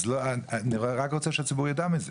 אז אני רק רוצה שהציבור ידע מזה.